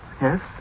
Yes